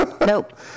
Nope